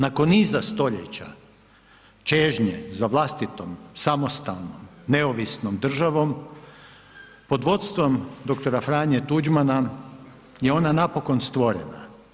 Nakon niza stoljeća čežnje za vlastitom, samostalnom, neovisnom državom pod vodstvom dr. Franje Tuđmana je ona napokon stvorena.